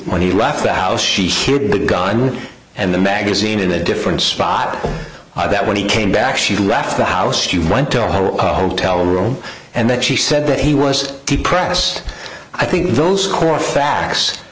when he left the house she hid the gun and the magazine in a different spot that when he came back she left the house you went to her hotel room and that she said that he was depressed i think those core facts